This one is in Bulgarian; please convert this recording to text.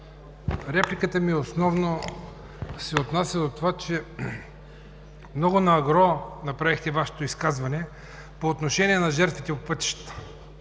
Репликата ми основно се отнася до това, че много на ангро направихте Вашето изказване по отношение на жертвите по пътищата.